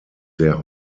sehr